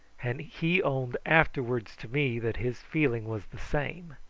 and he owned afterwards to me that his feeling was the same.